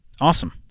Awesome